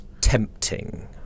Tempting